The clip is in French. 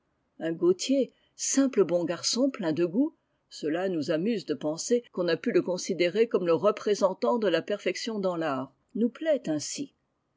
un gautier simple bon garçon plein de goût cela nous amuse de penser qu'on a pu le considérer comme le représentant de la perfection dans l'art nous plaît ainsi